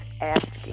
asking